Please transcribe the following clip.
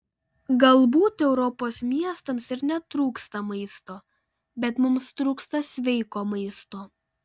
galbūt europos miestams ir netrūksta maisto bet mums trūksta sveiko maisto